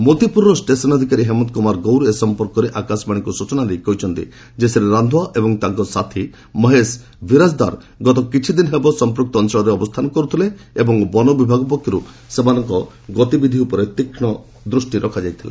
ମୋତିପୁରର station ଅଧିକାରୀ ହେମନ୍ତ କୁମାର ଗୌର୍ ଏ ସମ୍ପର୍କରେ ଆକାଶବାଣୀକୁ ସୂଚନା ଦେଇ କହିଛନ୍ତି ଶ୍ରୀ ରାନ୍ଧୱା ଏବଂ ତାଙ୍କର ସାଥୀ ମହେଶ ଭିରାଜଦାର୍ ଗତ କିଛି ଦିନ ହେବ ସମ୍ପ୍ରକ୍ତ ଅଞ୍ଚଳରେ ଅବସ୍ଥାନ କରୁଥିଲେ ଏବଂ ବନବିଭାଗ ପକ୍ଷରୁ ସେମାନଙ୍କର ଗତିବିଧି ଉପରେ ତୀକ୍ଷ୍ନ ନଜର ରଖାଯାଇଥିଲା